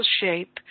shape